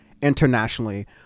internationally